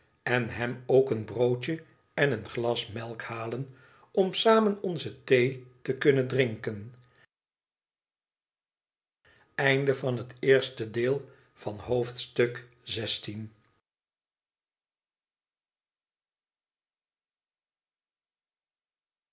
en hem ook een broodje en een glas melk halen om samen onze thee te kunnen drinken